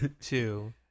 two